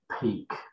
peak